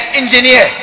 engineer